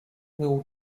will